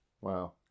Wow